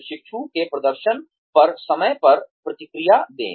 प्रशिक्षु के प्रदर्शन पर समय पर प्रतिक्रिया दें